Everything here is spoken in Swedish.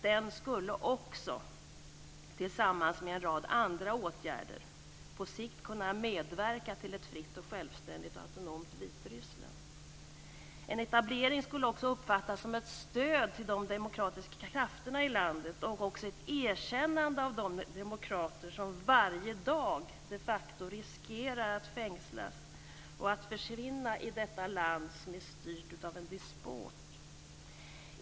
Den skulle också, tillsammans med en rad andra åtgärder, på sikt kunna medverka till ett fritt, självständigt och autonomt Vitryssland. En etablering skulle dessutom uppfattas som ett stöd till de demokratiska krafterna i landet och också som ett erkännande av de demokrater som varje dag de facto riskerar att fängslas och försvinna i detta land som är styrt av en despot.